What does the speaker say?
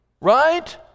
right